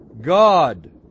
God